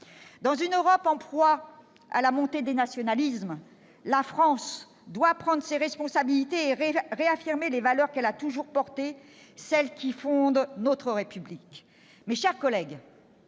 Dans une Europe en proie à la montée des nationalismes, la France doit prendre ses responsabilités et réaffirmer les valeurs qu'elle a toujours portées, celles qui fondent notre République. La Banque